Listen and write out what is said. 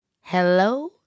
Hello